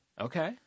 okay